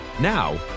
now